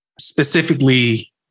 specifically